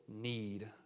need